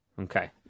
Okay